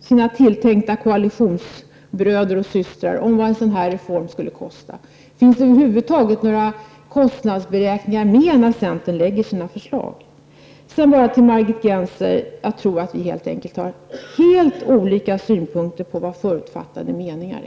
sina tilltänkta koalitionsbröder och systrar om vad en sådan här reform skulle kosta? Finns det över huvud taget några kostnadsberäkningar med när centern lägger fram sina förslag? Till Margit Gennser vill jag bara säga att jag tror att vi helt enkelt har helt olika synpunkter på vad förutfattade meningar är.